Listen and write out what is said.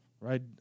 right